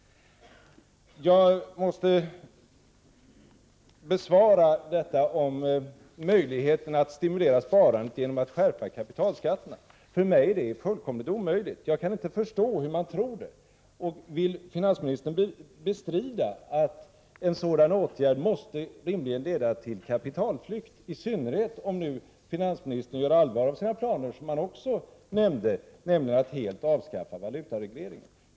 Jag måste besvara frågan om möjligheten att stimulera sparandet genom att skärpa kapitalskatterna. För mig förefaller det fullkomligt omöjligt. Jag kan inte förstå hur man kan tro att detta är möjligt. Vill finansministern bestrida att en sådan åtgärd rimligen måste leda till kapitalflykt, i synnerhet om finansministern gör allvar av de planer som han nämnde, nämligen att helt avskaffa valutaregleringen?